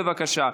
בבקשה.